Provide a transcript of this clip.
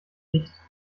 nicht